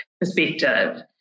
perspective